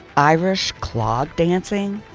irish clog dancing.